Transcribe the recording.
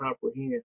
comprehend